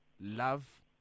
love